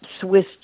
Swiss